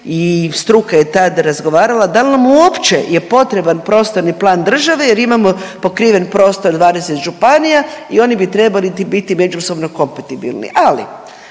i struka je tad razgovarala dal nam uopće je potreban prostorni plan države jer imamo pokriven prostor 20 županija i oni bi trebaliti biti međusobno kompatibilni, ali